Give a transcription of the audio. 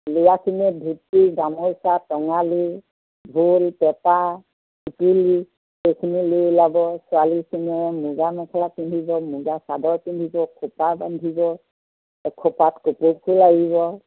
ল'ৰাখিনিয়ে ধূতি গামোচা টঙালি ঢোল পেঁপা সুতুলি এইখিনি লৈ ওলাব ছোৱালীখিনিয়ে মুগা মেখেলা পিন্ধিব মুগা চাদৰ পিন্ধিব খোপা বান্ধিব খোপাত কপৌ ফুল আৰিব